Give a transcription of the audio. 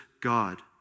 God